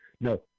No